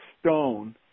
Stone